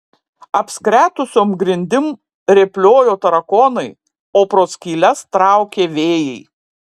apskretusiom grindim rėpliojo tarakonai o pro skyles traukė vėjai